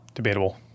Debatable